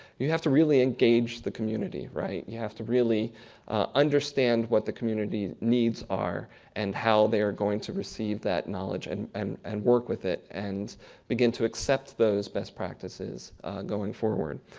you have to really engage the community, right? you have to really understand what the communities' needs are and how they are going to receive that knowledge and and and work with it, and begin to accept those best practices going forward.